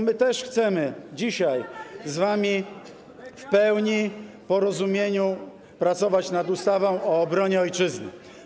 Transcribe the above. My też chcemy dzisiaj z wami w pełni, w porozumieniu pracować nad ustawą o obronie ojczyzny.